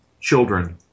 children